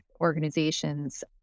organizations